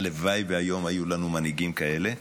הלוואי שהיום היו לנו מנהיגים כאלה.